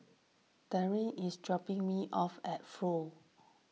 Daryn is dropping me off at Flow